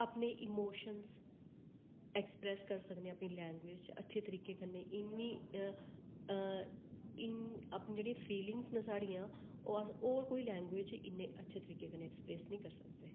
अपने इमोशंस कोई एक्सप्रेस करी सकने अपनी लैंग्वेज़ इन्नी अपनी जेह्ड़ी फीलिंग्स न साढ़ियां ओह् होर लैंग्वेज़ च इन्नी अच्छी तरीके कन्नै एक्सप्रेस निं करी सकदे